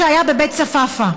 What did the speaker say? שהיה בבית צפאפא,